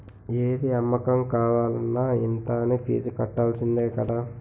ఏది అమ్మకం కావాలన్న ఇంత అనీ ఫీజు కట్టాల్సిందే కదా